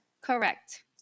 Correct